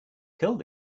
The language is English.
killed